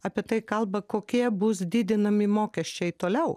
apie tai kalba kokie bus didinami mokesčiai toliau